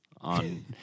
on